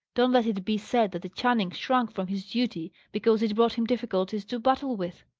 don't let it be said that a channing shrunk from his duty because it brought him difficulties to battle with.